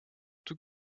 tout